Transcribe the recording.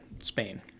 spain